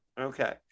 okay